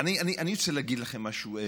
אני רוצה להגיד לכם משהו.